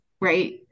right